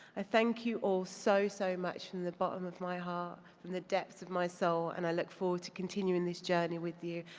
i thank you all so so much from the bottom of my heart and the depths of my soul and i look forward to continuing this journey with you.